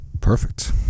Perfect